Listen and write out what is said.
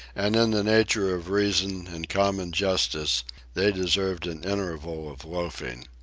and in the nature of reason and common justice they deserved an interval of loafing.